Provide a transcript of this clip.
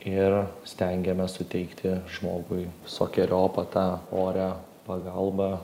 ir stengiamės suteikti žmogui visokeriopą tą orią pagalbą